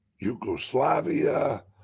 Yugoslavia